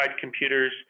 computers